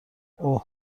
اُه